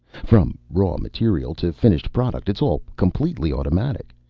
from raw material to finished product, it's all completely automatic.